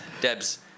Debs